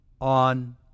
on